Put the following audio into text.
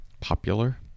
popular